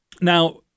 Now